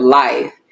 life